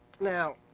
Now